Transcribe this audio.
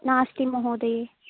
नास्ति महोदये